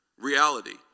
reality